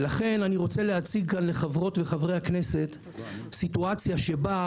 לכן אני רוצה להציג כאן לחברות וחברי הכנסת מצב שבו